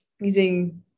using